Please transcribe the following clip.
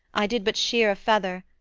i did but shear a feather,